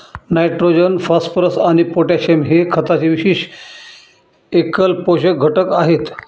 nitrogen, phosphorus आणि potassium हे खताचे विशेष एकल पोषक घटक आहेत